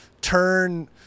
turn